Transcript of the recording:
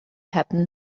happened